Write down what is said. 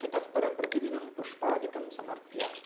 ततःपरं प्रतिदिनं पुष्पादिकं समर्प्य